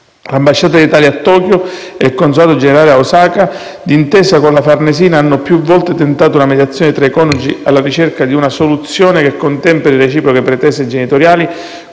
L'ambasciata d'Italia a Tokyo e il consolato generale a Osaka, d'intesa con la Farnesina, hanno più volte tentato una mediazione tra i coniugi, alla ricerca di una soluzione che contemperi le reciproche pretese genitoriali